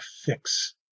fix